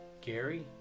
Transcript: Gary